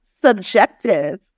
subjective